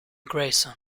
grayson